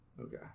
Okay